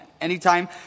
Anytime